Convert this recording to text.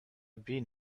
been